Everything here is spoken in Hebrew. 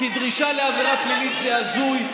כי דרישה לעבירה פלילית זה הזוי,